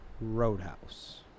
Roadhouse